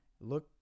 look